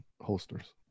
holsters